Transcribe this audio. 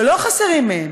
שלא חסרים מהם,